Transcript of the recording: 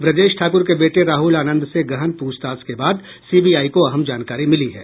ब्रजेश ठाकुर के बेटे राहुल आनंद से गहन पूछताछ के बाद सीबीआई को अहम जानकारी मिली है